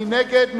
מי נגד?